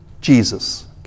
Jesus